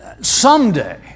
someday